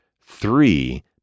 three